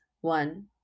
one